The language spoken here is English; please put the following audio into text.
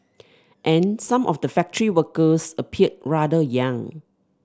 and some of the factory workers appeared rather young